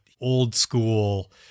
old-school